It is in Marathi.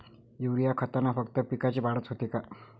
युरीया खतानं फक्त पिकाची वाढच होते का?